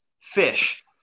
fish